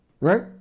right